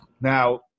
Now –